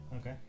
okay